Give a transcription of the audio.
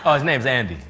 his name's andy.